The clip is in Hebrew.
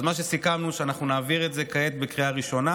אז סיכמנו שנעביר את זה כעת בקריאה ראשונה